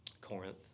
Corinth